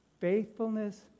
Faithfulness